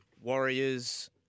Warriors